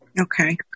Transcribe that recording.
Okay